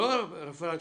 הרפרנט